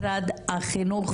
שלצערי פשוט בחופשת מחלה,